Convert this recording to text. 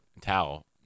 Towel